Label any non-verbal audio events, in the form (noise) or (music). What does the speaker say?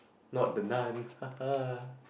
not the Nun (laughs)